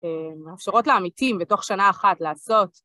מאפשרות לעמיתים בתוך שנה אחת לעשות.